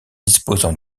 disposant